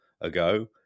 ago